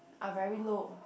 are very low